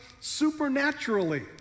supernaturally